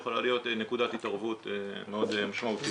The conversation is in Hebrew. יכולה להיות נקודת התערבות מאוד משמעותית.